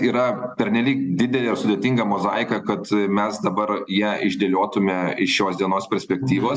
yra pernelyg didelė ir sudėtinga mozaika kad mes dabar ją išdėliotume iš šios dienos perspektyvos